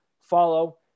follow